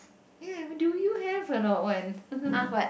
eh do you have or not one